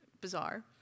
bizarre